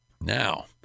Now